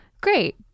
Great